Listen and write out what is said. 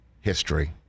history